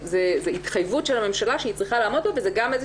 זו התחייבות של הממשלה שהיא צריכה לעמוד בה וזה גם איזו